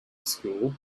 school